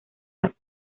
las